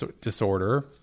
Disorder